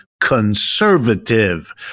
conservative